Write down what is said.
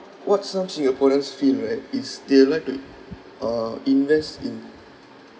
what some singaporeans feel right is they like to uh invest in